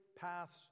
paths